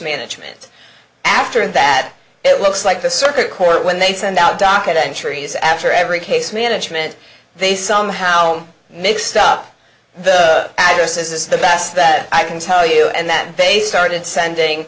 management after that it looks like the circuit when they send out docket entries after every case management they somehow mixed up the address this is the best that i can tell you and that they started sending